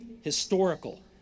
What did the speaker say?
historical